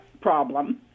problem